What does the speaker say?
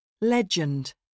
Legend